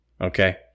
Okay